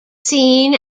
seen